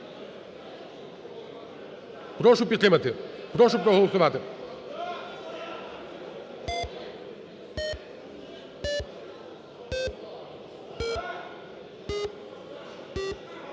Прошу підтримати, прошу проголосувати.